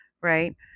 right